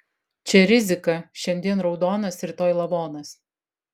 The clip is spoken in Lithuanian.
čia rizika šiandien raudonas rytoj lavonas